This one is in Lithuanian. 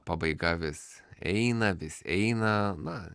pabaiga vis eina vis eina na